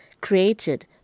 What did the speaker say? created